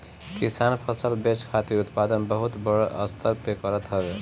किसान फसल बेचे खातिर उत्पादन बहुते बड़ स्तर पे करत हवे